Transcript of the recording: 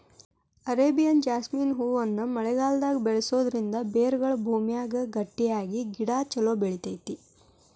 Arabian jasmine ಹೂವನ್ನ ಮಳೆಗಾಲದಾಗ ಬೆಳಿಸೋದರಿಂದ ಬೇರುಗಳು ಭೂಮಿಯಾಗ ಗಟ್ಟಿಯಾಗಿ ಗಿಡ ಚೊಲೋ ಬೆಳಿತೇತಿ